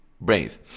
brains